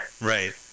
Right